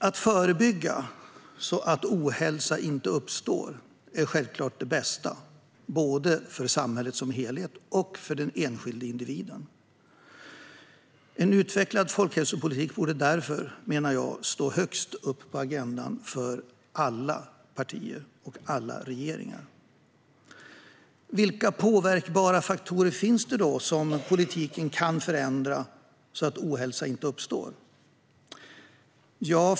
Att förebygga så att ohälsa inte uppstår är självfallet det bästa, både för samhället som helhet och för den enskilde individen. En utvecklad folkhälsopolitik borde därför, menar jag, stå högst upp på agendan för alla partier och regeringar. Vilka påverkbara faktorer finns det som politiken kan förändra så att ohälsa inte uppstår?